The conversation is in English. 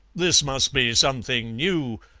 this must be something new,